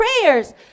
prayers